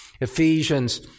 Ephesians